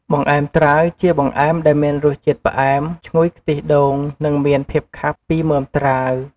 បង្អែមត្រាវ ជាបង្អែមដែលមានរសជាតិផ្អែមឈ្ងុយខ្ទិះដូង និងមានភាពខាប់ពីមើមត្រាវ។